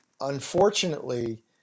unfortunately